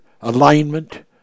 alignment